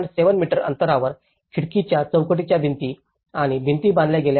7 metre अंतरावर खिडकीच्या चौकटीच्या भिंती आणि भिंती बांधल्या गेल्या आहेत